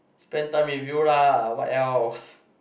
spend time with you lah what else